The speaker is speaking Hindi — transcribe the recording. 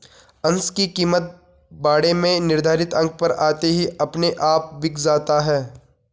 अंश की कीमत बाड़े में निर्धारित अंक पर आते ही अपने आप बिक जाता है